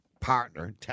partner